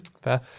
fair